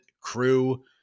crew